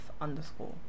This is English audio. underscore